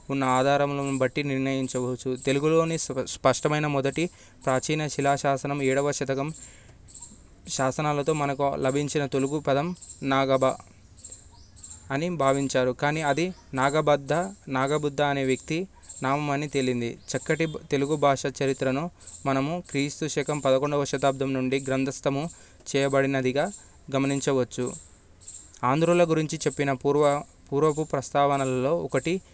ఉన్న ఆధారం బట్టి నిర్ణయించవచ్చు తెలుగులోని స్ప స్పష్టమైన మొదటి ప్రాచీన శిలాశాసనం ఏడవ శతకం శాసనాలతో మనకు లభించిన తెలుగు పదం నాగబా అని భావించారు కానీ అది నాగబద్ద నాగబుద్ధ అనే వ్యక్తి నామమని తేలింది చక్కటి తెలుగు భాష చరిత్రను మనము క్రీస్తు శకం పదకొండవ శతాబ్దం నుండి గ్రంథస్థము చేయబడినదిగా గమనించవచ్చు ఆంద్రుల గురించి చెప్పిన పూర్వ పూర్వపు ప్రస్తావనలలో ఒకటి